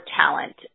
talent